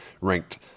ranked